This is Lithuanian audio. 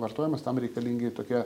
vartojamas tam reikalingi tokie